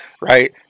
right